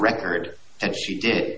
record and she did